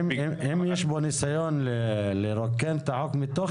אם יש פה ניסיון לרוקן את החוק מתוכן,